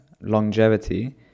longevity